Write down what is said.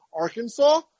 Arkansas